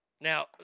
Now